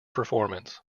performance